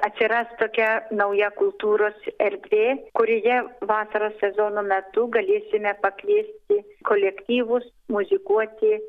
atsiras tokia nauja kultūros erdvė kurioje vasaros sezono metu galėsime pakviesti kolektyvus muzikuoti